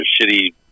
shitty